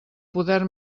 poder